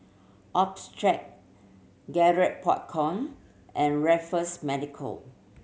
Optrex Garrett Popcorn and Raffles Medical